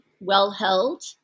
well-held